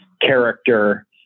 character